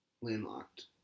landlocked